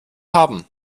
haben